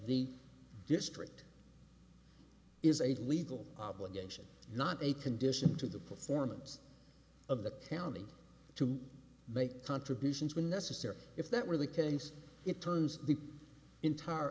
the district is a legal obligation not a condition to the performance of the county to make contributions when necessary if that were the case it turns the entire